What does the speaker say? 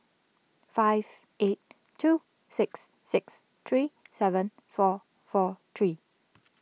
five eight two six six three seven four four three